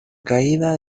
caída